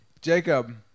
Jacob